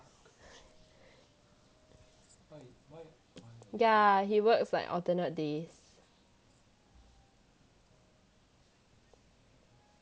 yeah he works like alternate days